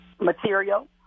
material